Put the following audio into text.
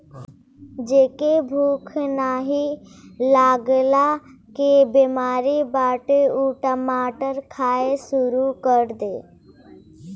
जेके भूख नाही लागला के बेमारी बाटे उ टमाटर खाए शुरू कर दे